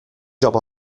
job